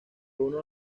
uno